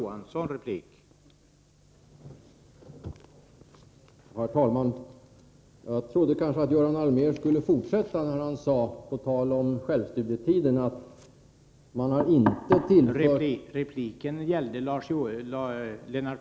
Herr talman! Jag trodde att Göran Allmér skulle fortsätta när han på tal om självstudietiden sade att socialdemokraterna inte har tillfört ———.